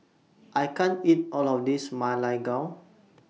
I can't eat All of This Ma Lai Gao